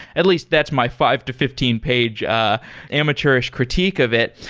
at least that's my five to fifteen page ah amateurish critique of it.